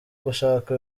gushaka